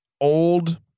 old